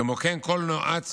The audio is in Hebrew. כמו כן, כל נועץ